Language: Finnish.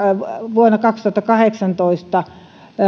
vuonna kaksituhattakahdeksantoista